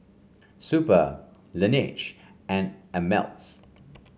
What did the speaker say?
Super Laneige and Ameltz